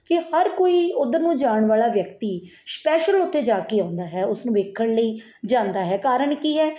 ਕਿ ਹਰ ਕੋਈ ਉੱਧਰ ਨੂੰ ਜਾਣ ਵਾਲਾ ਵਿਅਕਤੀ ਸਪੈਸ਼ਲ ਉੱਥੇ ਜਾ ਕੇ ਆਉਂਦਾ ਹੈ ਉਸ ਨੂੰ ਵੇਖਣ ਲਈ ਜਾਂਦਾ ਹੈ ਕਾਰਨ ਕੀ ਹੈ